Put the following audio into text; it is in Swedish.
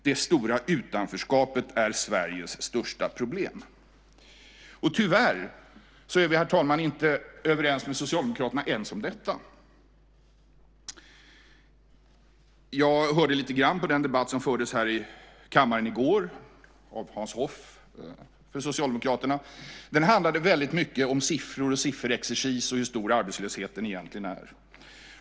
Det stora utanförskapet är Sveriges största problem. Tyvärr är vi, herr talman, inte överens med Socialdemokraterna ens om detta. Jag hörde lite på den debatt som fördes här i kammaren i går av Hans Hoff för Socialdemokraterna. Den handlade väldigt mycket om siffror och sifferexercis och hur stor arbetslösheten egentligen är.